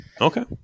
Okay